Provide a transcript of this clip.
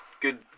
Good